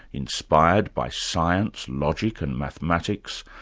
inspired by science, logic and mathematics,